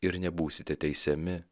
ir nebūsite teisiami